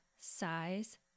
size